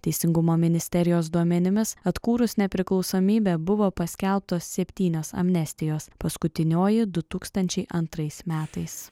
teisingumo ministerijos duomenimis atkūrus nepriklausomybę buvo paskelbtos septynios amnestijos paskutinioji du tūkstančiai antrais metais